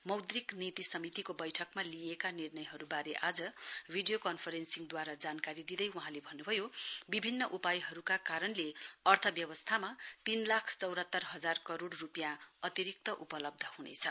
मौद्रिक नीति समितिको वैठकमा लिइएका निर्णयहरुवारे आज भिडियो कन्फरेन्सिङद्वारा जानकारी दिँदै वहाँले भन्नुभयो विभिन्न उपायहरुको कारणले अर्थव्यवस्थामा तीन लाख चौरात्रर हजार करोड़ रुपियाँ अतिरिक्त उपलब्ध हुनेछ